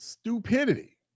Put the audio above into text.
stupidity